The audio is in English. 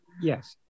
yes